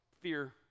fear